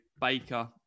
Baker